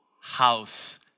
house